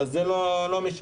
זה לא משנה.